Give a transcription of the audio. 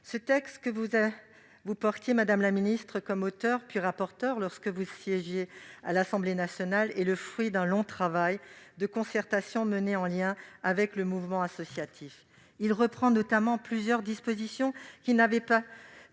Ce texte que vous portiez, madame la secrétaire d'État, comme auteure puis rapporteure lorsque vous siégiez à l'Assemblée nationale, est le fruit d'un long travail de concertation mené en lien avec le Mouvement associatif. Il reprend notamment plusieurs dispositions qui n'avaient pas